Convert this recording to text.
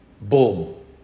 Boom